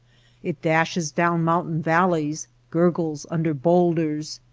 it dashes down mountain valleys, gur gles under bowlders,